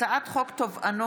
הצעת חוק תובענות